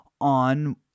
on